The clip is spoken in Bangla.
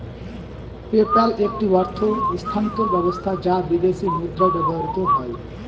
পেপ্যাল একটি অর্থ স্থানান্তর ব্যবস্থা যা বিদেশী মুদ্রায় ব্যবহৃত হয়